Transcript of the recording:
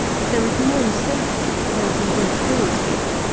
that there is no safety for those who drink brewer's beer.